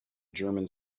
german